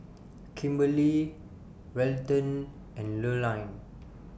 Kimberley Welton and Lurline